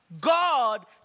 God